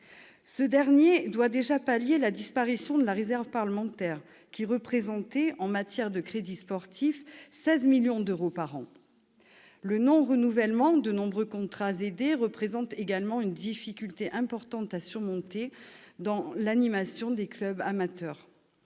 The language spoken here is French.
Celui-ci doit déjà pallier la disparition de la réserve parlementaire, qui représentait, en matière de crédits sportifs, 16 millions d'euros par an. Le non-renouvellement de nombreux contrats aidés représente également une difficulté importante à surmonter dans l'animation des clubs amateurs.